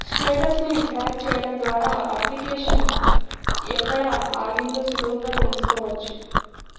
status ని track చెయ్యడం ద్వారా అప్లికేషన్ ఎక్కడ ఆగిందో సులువుగా తెల్సుకోవచ్చు